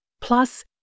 plus